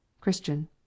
CHRISTIAN